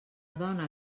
dona